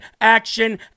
action